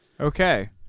Okay